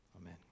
Amen